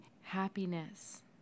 Happiness